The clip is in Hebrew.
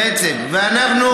אבל מה אתה מבטל?